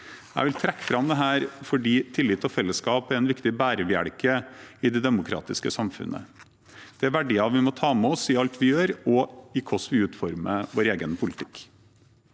Jeg vil trekke fram dette fordi tillit og fellesskap er en viktig bærebjelke i det demokratiske samfunnet. Det er verdier vi må ta med oss i alt vi gjør, og i hvordan vi utformer vår egen politikk.